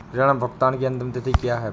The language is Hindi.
ऋण भुगतान की अंतिम तिथि क्या है?